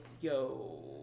yo